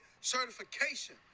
certification